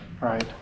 right